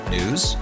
News